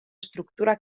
estructura